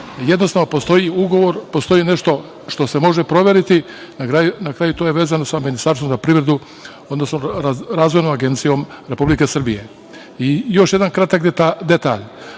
jednostavno postoji ugovor, postoji nešto što se može proveriti, na kraju to je vezano sa Ministarstvom za privredu, odnosno Razvojnom agencijom Republike Srbije. Još jedan kratak detalj.